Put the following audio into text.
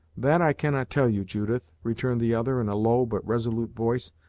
that i cannot tell you, judith, returned the other in a low but resolute voice.